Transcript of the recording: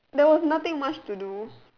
no is nothing much to do